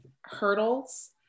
hurdles